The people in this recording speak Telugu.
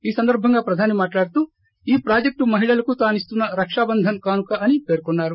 ఈ సందర్భంగా ప్రధాని మాట్లాడుతూ ఈ ప్రాజెక్లు మహిళలకు తానిస్తున్న రకాబంధన్ కానుక అని పేర్కొన్నారు